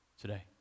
today